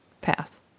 Pass